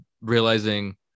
realizing